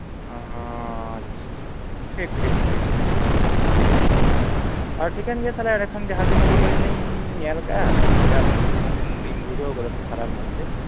ᱟᱻ ᱟᱪᱪᱷᱟ ᱴᱷᱤᱠ ᱴᱷᱤᱠ ᱴᱷᱤᱠ ᱴᱷᱤᱠᱜᱮᱭᱟ ᱴᱷᱤᱠᱟᱹᱱ ᱜᱮᱭᱟ ᱛᱟᱦᱚᱞᱮ ᱡᱟᱦᱟᱸ ᱛᱤᱱ ᱩᱰᱤᱡ ᱟᱞᱤᱧ ᱞᱤᱧ ᱧᱮᱞ ᱠᱟᱜᱼᱟ ᱵᱷᱮᱜᱟᱨ ᱢᱮᱱᱛᱮ ᱡᱟᱦᱟᱸ ᱛᱤᱱᱟᱹᱜ ᱞᱤᱧ ᱵᱩᱡᱷᱟᱹᱣ ᱠᱟᱫᱟ ᱥᱮ ᱯᱷᱟᱨᱟᱠ ᱢᱮᱱᱛᱮ